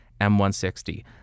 m160